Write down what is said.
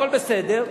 הכול בסדר,